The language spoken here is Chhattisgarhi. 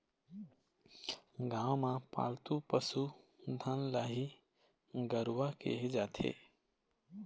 गाँव म पालतू पसु धन ल ही गरूवा केहे जाथे